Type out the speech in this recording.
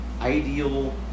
ideal